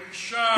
מרשעת.